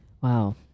Wow